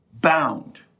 bound